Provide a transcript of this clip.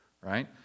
right